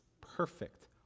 perfect